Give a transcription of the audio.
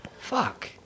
Fuck